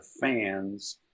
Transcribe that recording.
fans